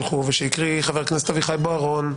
שלחו ושהקריא חבר הכנסת אביחי בוארון,